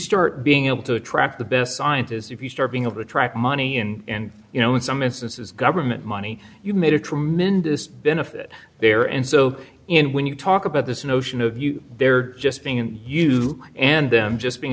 start being able to attract the best scientists if you start being of a track money in and you know in some instances government money you made a tremendous benefit there and so in when you talk about this notion of there just being in you and them just being